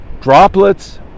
droplets